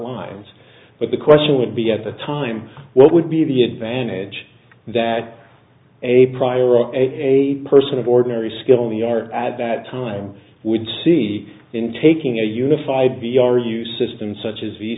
lines but the question would be at the time what would be the advantage that a prior of a person of ordinary skill in the art add that time would see in taking a unified b r you system such as